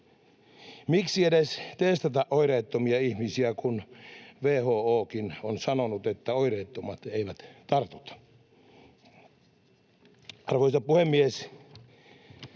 Miksi edes testata oireettomia ihmisiä, kun WHO:kin on sanonut, että oireettomat eivät tartuta? Arvoisa puhemies!